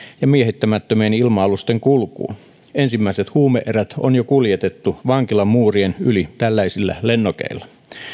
ja miehittämättömien ilma alusten kulkuun ensimmäiset huume erät on jo kuljetettu vankilan muurien yli tällaisilla lennokeilla